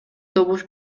добуш